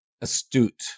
astute